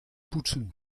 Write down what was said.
poetsen